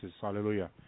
hallelujah